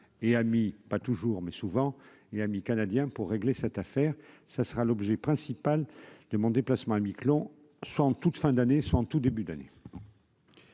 et amis, pas toujours mais souvent et amis canadiens pour régler cette affaire, ça sera l'objet principal de mon déplacement à Miquelon, soit en toute fin d'année sont en tout début d'année.